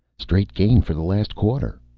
straight gain for the last quarter,